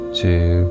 two